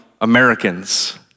Americans